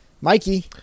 Mikey